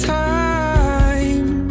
time